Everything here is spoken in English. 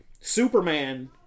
Superman